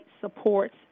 supports